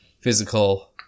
physical